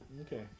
Okay